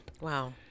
wow